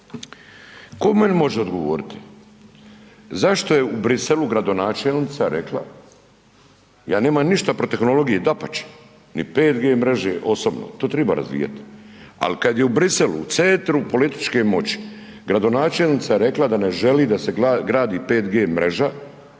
'ko meni može odgovoriti zašto je u Bruxelles-u gradonačelnica rekla, ja nemam ništa protiv tehnologije, dapače, ni 5G mreže, osobno, to triba razvijati, ali kad je u Bruxelles-u, u centru političke moći, gradonačelnica rekla da ne želi da se gradi 5G mreža